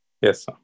Yes